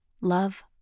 Love